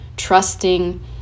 trusting